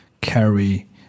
carry